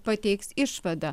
pateiks išvadą